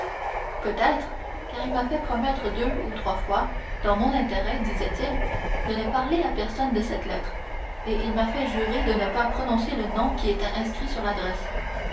peut-être car il m'a fait promettre deux ou trois fois dans mon intérêt disait-il de ne parler à personne de cette lettre et il m'a fait jurer de ne pas prononcer le nom qui était inscrit sur l'adresse